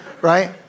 right